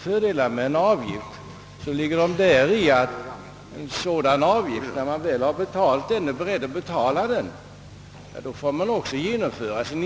Fördelarna med en avgift ligger däri att den som betalar avgiften också får göra sin investering.